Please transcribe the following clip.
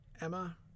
Emma